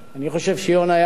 אני חושב שיונה יהב,